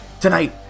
Tonight